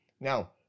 now